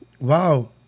Wow